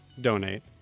donate